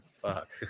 fuck